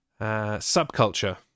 Subculture